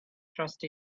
trust